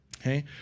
okay